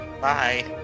Bye